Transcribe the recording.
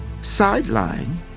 Sideline